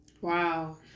Wow